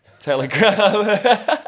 Telegram